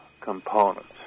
components